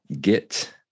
get